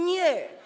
Nie.